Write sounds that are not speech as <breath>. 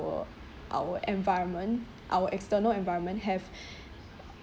our our environment our external environment have <breath>